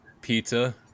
pizza